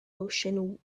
ocean